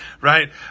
right